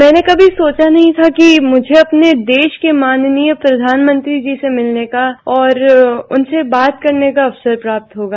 मैने कभी सोचा नहीं था कि मुझे अपने देश के माननीय प्रधानमंत्री जी से मिलने का और उनसे बात करने का अवसर प्राप्त होगा